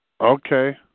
Okay